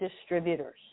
distributors